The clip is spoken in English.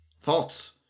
thoughts